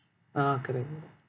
ah correct